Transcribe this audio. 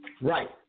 Right